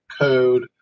code